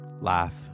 laugh